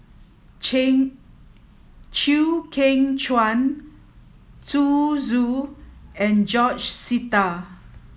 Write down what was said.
Chew Kheng Chuan Zhu Xu and George Sita